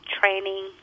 training